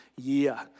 year